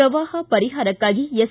ಪ್ರವಾಹ ಪರಿಹಾರಕ್ಕಾಗಿ ಎಸ್